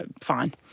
fine